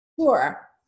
Sure